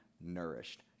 nourished